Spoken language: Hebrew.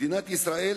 מדינת ישראל,